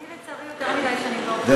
אני, לצערי, יותר מדי שנים באופוזיציה.